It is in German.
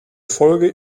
folge